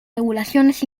regulaciones